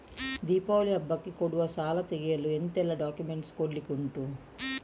ದೀಪಾವಳಿ ಹಬ್ಬಕ್ಕೆ ಕೊಡುವ ಸಾಲ ತೆಗೆಯಲು ಎಂತೆಲ್ಲಾ ಡಾಕ್ಯುಮೆಂಟ್ಸ್ ಕೊಡ್ಲಿಕುಂಟು?